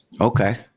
Okay